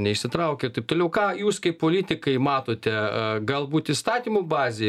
neišsitraukė taip toliau ką jūs kaip politikai matote galbūt įstatymų bazė